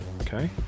Okay